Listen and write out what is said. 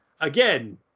again